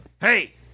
hey